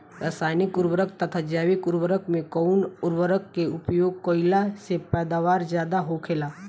रसायनिक उर्वरक तथा जैविक उर्वरक में कउन उर्वरक के उपयोग कइला से पैदावार ज्यादा होखेला?